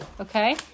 Okay